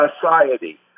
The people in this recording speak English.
society